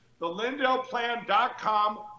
thelindellplan.com